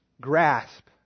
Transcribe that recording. grasp